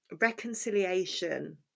reconciliation